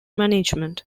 management